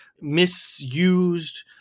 misused